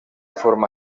forma